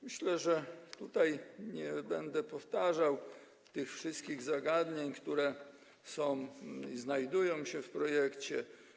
Myślę, że nie będę powtarzał tych wszystkich zagadnień, które znajdują się w projekcie.